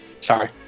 Sorry